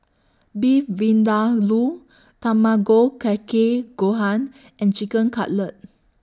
Beef Vindaloo Tamago Kake Gohan and Chicken Cutlet